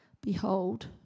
behold